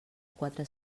quatre